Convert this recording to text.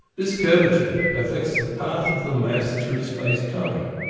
this curvature affects the path of the mass through space-time,